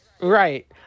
Right